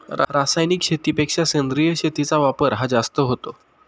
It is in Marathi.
रासायनिक शेतीपेक्षा सेंद्रिय शेतीचा वापर हा जास्त होतो